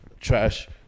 trash